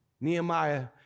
Nehemiah